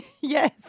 Yes